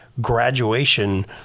graduation